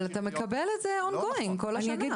אבל אתה מקבל את זה Ongoing, כל השנה.